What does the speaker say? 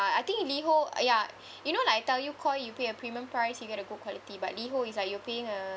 I think you Liho uh ya you know like I tell you Koi you pay a premium price you get a good quality but Liho is like you're paying a